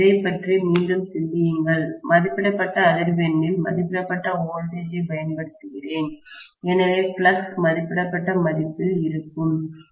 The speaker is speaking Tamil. இதைப் பற்றி மீண்டும் சிந்தியுங்கள் மதிப்பிடப்பட்ட அதிர்வெண்ணில் மதிப்பிடப்பட்ட வோல்டேஜ் ஐப் பயன்படுத்துகிறேன் எனவே ஃப்ளக்ஸ் மதிப்பிடப்பட்ட மதிப்பில் இருக்கும் E4